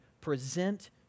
present